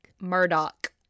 Murdoch